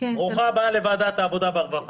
ברוכה הבאה לוועדת העבודה והרווחה.